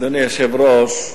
אדוני היושב-ראש,